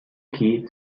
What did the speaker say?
key